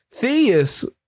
Theus